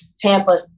Tampa